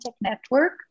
network